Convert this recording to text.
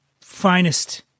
finest